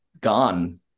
gone